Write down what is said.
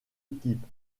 équipe